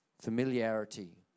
familiarity